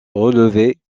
relevées